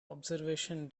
observation